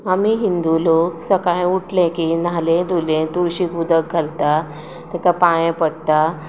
आमी हिंदू लोक सकाळी उठले की न्हाले धुले तुळशीक उदक घालतात तेका पांया पडटात